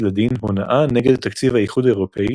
לדין הונאה נגד תקציב האיחוד האירופי